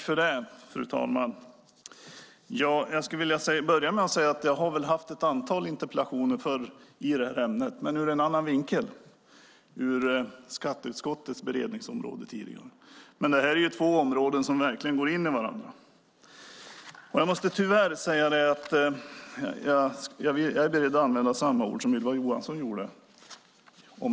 Fru talman! Jag har ställt ett antal interpellationer i detta ämne tidigare utifrån skatteutskottets beredningsområde, men nu är det en annan vinkel. Det här är dock två områden som verkligen går in i varandra. Jag är tyvärr beredd att använda samma ord om svaret som Ylva Johansson gjorde.